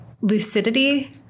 lucidity